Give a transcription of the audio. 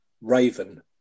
Raven